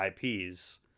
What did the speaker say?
IPs